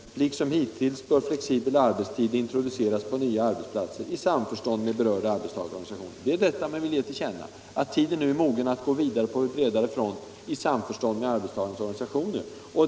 —-—-—- Liksom hittills bör flexibel arbetstid introduceras på nya arbetsplatser i samförstånd med berörda arbetstagarorganisationer.” Det är detta man vill ge till känna, nämligen att tiden nu är mogen att gå vidare på en bredare front i sam förstånd med arbetstagarnas organisationer.